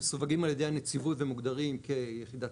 מסווגים על ידי הנציבות ומוגדרים כיחידת